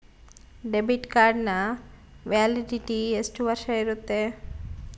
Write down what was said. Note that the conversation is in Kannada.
ಡೆಬಿಟ್ ಕಾರ್ಡಿನ ವ್ಯಾಲಿಡಿಟಿ ಎಷ್ಟು ವರ್ಷ ಇರುತ್ತೆ?